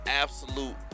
absolute